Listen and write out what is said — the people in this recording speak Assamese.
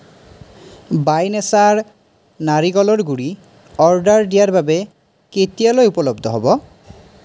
বাই নেচাৰ নাৰিকলৰ গুড়ি অৰ্ডাৰ দিয়াৰ বাবে কেতিয়ালৈ উপলব্ধ হ'ব